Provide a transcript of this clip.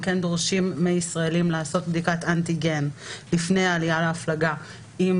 הם כן דורשים מישראלים לעשות בדיקת אנטיגן לפני העלייה להפלגה.